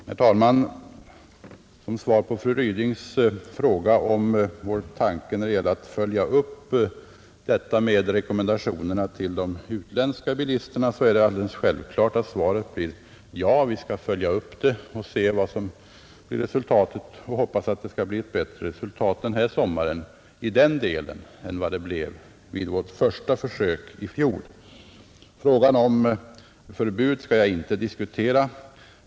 Herr talman! Fru Ryding frågade huruvida vår tanke är att följa upp denna sak med rekommendationer till de utländska bilisterna, och det är alldeles självklart att svaret på den frågan blir ja. Vi skall följa upp detta och hoppas att det i den delen skall bli ett bättre resultat i sommar än det blev vid vårt första försök i fjol. Frågan om förbud skall jag här inte diskutera.